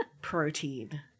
protein